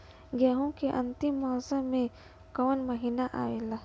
गेहूँ के अंतिम मौसम में कऊन महिना आवेला?